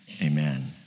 amen